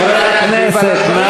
חברי הכנסת.